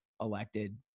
elected